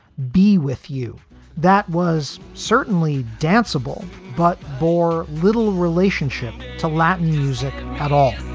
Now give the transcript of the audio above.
be with you that was certainly danceable, but bore little relationship to latin music at all